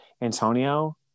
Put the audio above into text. Antonio